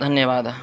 धन्यवादः